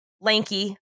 Lanky